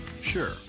Sure